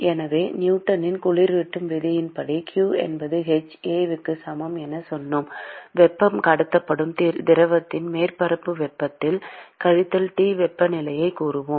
எனவே நியூட்டனின் குளிரூட்டும் விதியின்படி q என்பது h A க்கு சமம் என்று சொன்னோம் வெப்பம் கடத்தப்படும் திரவத்தின் மேற்பரப்பு வெப்பநிலை கழித்தல் T வெப்பநிலையைக் கூறுவோம்